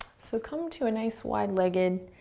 so come to a nice wide legged